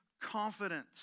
confidence